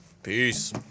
Peace